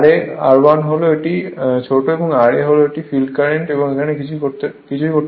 এটি r1 এবং এটি ছোট ra এবং এটি হল ফিল্ড কারেন্ট এখানে কিছুই নেই